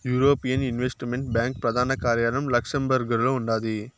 European investment bank ప్రదాన కార్యాలయం లక్సెంబర్గులో ఉండాది